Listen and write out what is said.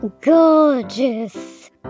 Gorgeous